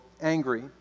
angry